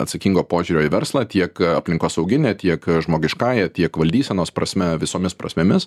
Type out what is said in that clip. atsakingo požiūrio į verslą tiek aplinkosaugine tiek žmogiškąja tiek valdysenos prasme visomis prasmėmis